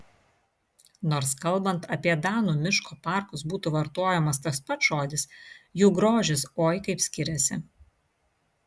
nors kalbant apie danų miško parkus būtų vartojamas tas pats žodis jų grožis oi kaip skiriasi